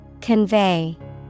Convey